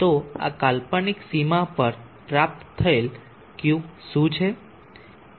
તો આ કાલ્પનિક સીમા પર પ્રાપ્ત થયેલ Q શું છે